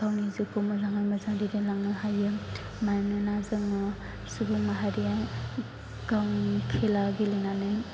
गावनि जिउखौ मोजाङै मोजां दैदेनलांनो हायो मानोना जोङो सुबुं माहारिया गावनि खेला गेलेनानै